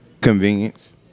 convenience